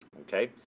Okay